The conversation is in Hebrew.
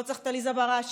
לא צריך את עליזה בראשי,